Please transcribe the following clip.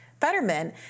Fetterman